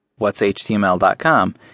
whatshtml.com